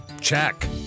check